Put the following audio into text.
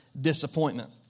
disappointment